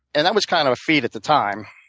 and that was kind of a feat at the time.